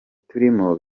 turimo